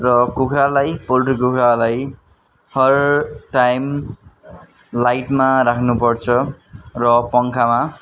र कुखुरालाई पोल्ट्री कुखुरालाई हर टाइम लाइटमा राख्नु पर्छ र पङ्खामा